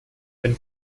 wenn